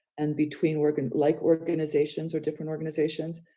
and between work and like organizations are different organizations,